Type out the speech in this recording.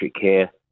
care